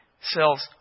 sells